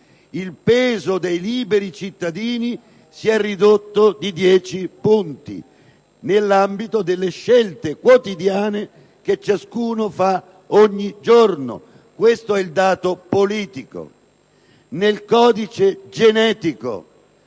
il peso dei liberi cittadini si è ridotto di 10 punti nell'ambito delle scelte quotidiane che ciascuno fa ogni giorno. Questo è il dato politico. Nel codice genetico